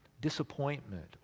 disappointment